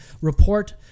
report